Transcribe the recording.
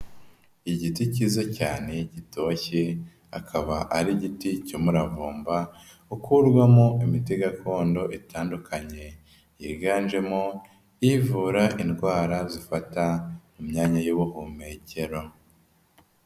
Igiti cyiza cyane gitoshye akaba ari igiti cy' umuravumba, ukurwamo imiti gakondo itandukanye, yiganjemo ivura indwara zifata imyanya y'ubuhumekero.